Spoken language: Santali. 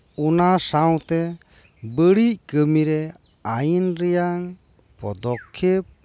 ᱚᱱᱟ ᱥᱟᱶᱛᱮ ᱵᱟᱹᱲᱤᱡ ᱠᱟᱹᱢᱤᱨᱮ ᱟᱹᱭᱤᱱ ᱨᱮᱱᱟᱜ ᱯᱚᱫᱚᱠᱼᱠᱷᱮᱯ